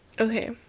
Okay